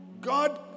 God